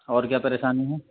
اور کیا پریشانی ہے